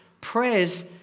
prayers